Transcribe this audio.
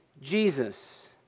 Jesus